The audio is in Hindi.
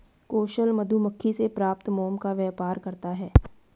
कौशल मधुमक्खी से प्राप्त मोम का व्यापार करता है